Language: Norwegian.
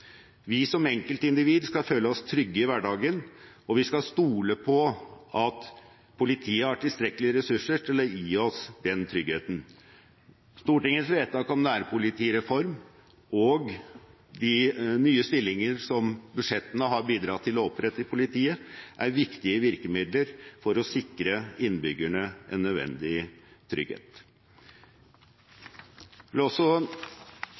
Vi som enkeltindivider skal føle oss trygge i hverdagen, og vi skal stole på at politiet har tilstrekkelige ressurser til å gi oss den tryggheten. Stortingets vedtak om nærpolitireform og de nye stillingene som budsjettene har bidratt til å opprette i politiet, er viktige virkemidler for å sikre innbyggerne en nødvendig trygghet. Jeg vil